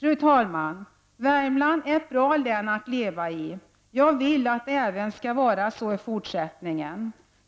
Fru talman! Värmland är ett bra län att leva i. Jag vill att det skall vara så även i fortsättningen.